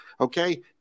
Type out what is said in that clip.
Okay